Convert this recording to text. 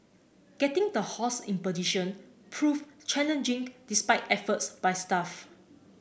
getting the horse in position proved challenging despite efforts by staff